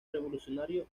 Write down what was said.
revolucionario